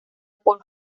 por